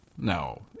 No